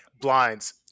blinds